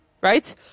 Right